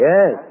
Yes